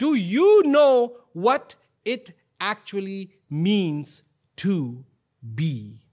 do you know what it actually means to be